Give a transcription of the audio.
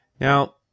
Now